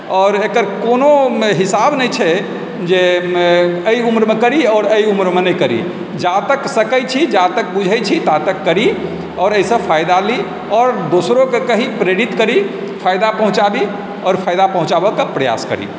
आओर एकर कोनो हिसाब नहि छै जे एहि उम्रमे करी आओर एहि उम्रमे नहि करी जा तक सकै छी जा तक बुझै छी ता तक करी आओर एहिसँ फायदा ली आओर दोसरोके कही प्रेरित करी फायदा पहुँचाबी आओर फायदा पहुँचाबैके प्रयास करी